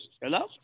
Hello